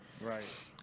right